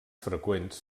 freqüents